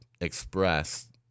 express